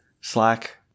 slack